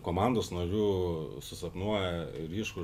komandos narių susapnuoja ryškų